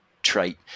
trait